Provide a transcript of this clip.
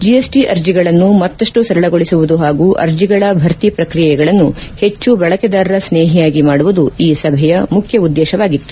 GST ಅರ್ಜಿಗಳನ್ನು ಮತ್ತಷ್ಟು ಸರಳಗೊಳಿಸುವುದು ಹಾಗೂ ಅರ್ಜಿಗಳ ಭರ್ತಿ ಪ್ರಕ್ರಿಯೆಗಳನ್ನು ಹೆಚ್ಚು ಬಳಕೆದಾರರ ಸ್ನೇಹಿಯಾಗಿ ಮಾಡುವುದು ಈ ಸಭೆಯ ಮುಖ್ಯ ಉದ್ದೇಶವಾಗಿತ್ತು